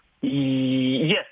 yes